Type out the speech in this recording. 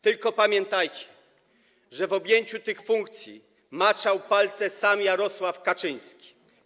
Tylko pamiętajcie, że w objęciu przez nich tych funkcji maczał palce sam Jarosław Kaczyński.